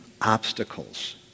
obstacles